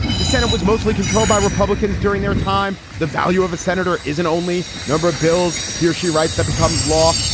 the senate was mostly controlled by republicans during their time. the value of a senator isn't only number, no bills. here she writes, that becomes law.